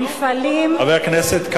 המפעלים,